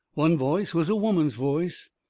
one voice was a woman's voice,